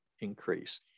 increase